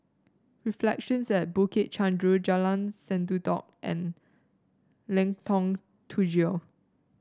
Reflections at Bukit Chandu Jalan Sendudok and Lengkong Tujuh